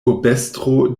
urbestro